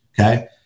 Okay